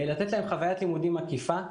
חווית לימודים מקיפה.